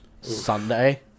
Sunday